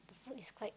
the food is quite